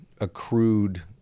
accrued